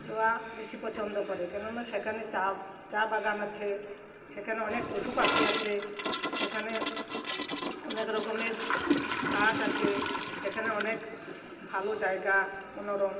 জোয়া বেশি পছন্দ করে কেননা সেখানে চা চা বাগান আছে সেখানে অনেক পশু পাখি আছে সেখানে অনেক রকমের গাছ আছে সেখানে অনেক ভালো জায়গা মনোরম